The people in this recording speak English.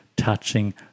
touching